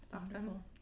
Awesome